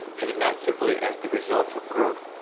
and not simply as the results of growth.